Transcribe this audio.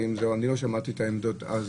אני לא שמעתי את העמדות אז.